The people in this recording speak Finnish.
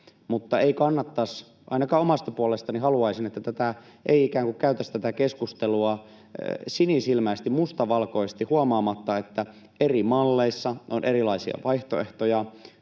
mutta ei kannattaisi — ainakin omasta puolestani niin haluaisin — ikään kuin käydä tätä keskustelua sinisilmäisesti, mustavalkoisesti huomaamatta, että eri malleissa on erilaisia vaihtoehtoja.